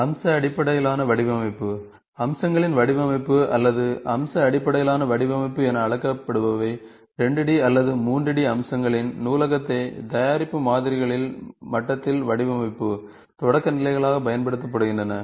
அம்ச அடிப்படையிலான வடிவமைப்பு அம்சங்களின் வடிவமைப்பு அல்லது அம்ச அடிப்படையிலான வடிவமைப்பு என அழைக்கப்படுபவை 2D அல்லது 3D அம்சங்களின் நூலகத்தை தயாரிப்பு மாதிரிகளில் மட்டத்தில் வடிவமைப்பு தொடக்க நிலைகளாக பயன்படுத்துகின்றன